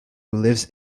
lives